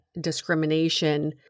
discrimination